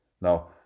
Now